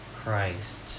Christ